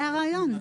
זה הרעיון.